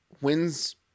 wins